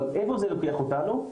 אבל לאיפה זה לוקח אותנו?